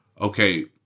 okay